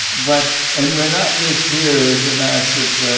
but and we are not just here as a massive